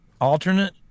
alternate